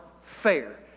fair